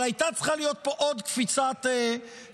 אבל הייתה צריכה להיות פה עוד קפיצת מדרגה.